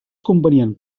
convenient